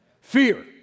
Fear